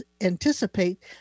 anticipate